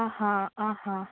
आं हां आं हां